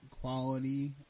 quality